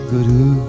Guru